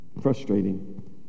Frustrating